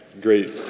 great